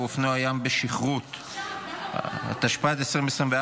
התשפ"ד 2024,